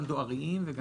גם דואריים.